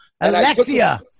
Alexia